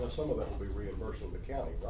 ah some of them will be reimbursing the county,